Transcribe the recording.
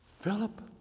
Philip